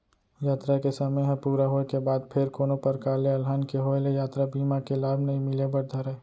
यातरा के समे ह पूरा होय के बाद फेर कोनो परकार ले अलहन के होय ले यातरा बीमा के लाभ नइ मिले बर धरय